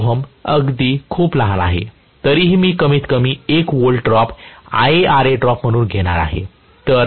1Ω अगदी खूप लहान आहे तरीही मी कमीतकमी 1 व्होल्ट ड्रॉपIaRa ड्रॉप म्हणून घेणार आहे